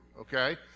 okay